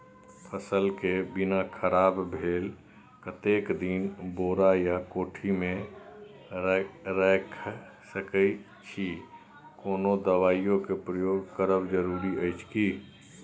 फसल के बीना खराब भेल कतेक दिन बोरा या कोठी मे रयख सकैछी, कोनो दबाईयो के प्रयोग करब जरूरी अछि की?